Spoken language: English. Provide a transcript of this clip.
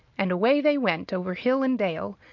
and away they went over hill and dale,